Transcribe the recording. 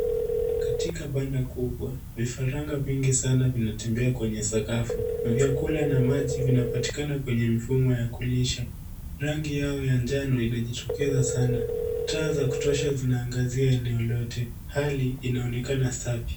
Katika banda kubwa, vifaranga vingi sana vinatembea kwenye sakafu, na vyakula na maji vinapatikana kwenye mifumo ya kulisha. Rangi yao ya njano inajitokeza sana. Taa za kutosha zinaangazia eneo lote. Hali inaonekana safi.